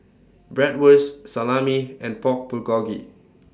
Bratwurst Salami and Pork Bulgogi